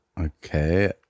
Okay